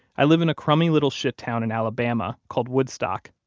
i live in a crummy little shittown in alabama, called woodstock.